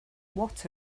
what